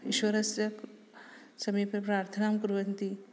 ईश्वरस्य समीपे प्रार्थनां कुर्वन्ति